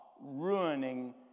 ruining